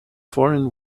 foreign